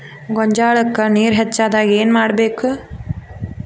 ಗೊಂಜಾಳಕ್ಕ ನೇರ ಹೆಚ್ಚಾದಾಗ ಏನ್ ಮಾಡಬೇಕ್?